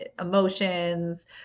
emotions